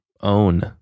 own